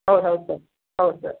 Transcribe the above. ಹೌದು ಹೌದು ಸರ್ ಹೌದು ಸರ್